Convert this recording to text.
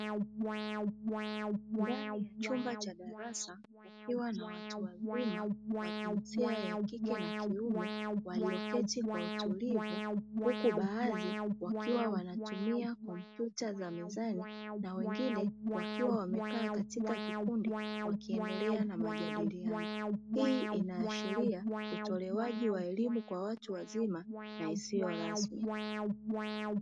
Ndani ya chumba cha darasa kukiwa na watu wazima wa jinsia ya kike na kiume waliloketi kwa utulivu huku baadhi wakiwa wanatumia kompyuta za mezani na wengine wakiwa wamekaa katika kikundi wakiendelea na majadiliano, hii inaashiria utolewaji wa elimu kwa watu wazima na isiyo rasmi.